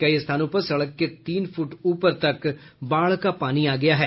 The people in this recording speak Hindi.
कई स्थानों पर सड़क के तीन फूट ऊपर तक बाढ़ का पानी आ गया है